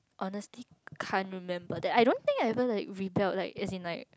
honestly can't remember that I don't think having the rebels like as in like